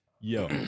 Yo